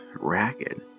ragged